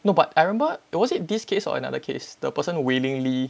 no but I remember was it this case or another case the person willingly